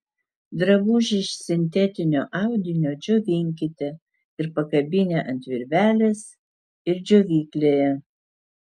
drabužį iš sintetinio audinio džiovinkite ir pakabinę ant virvelės ir džiovyklėje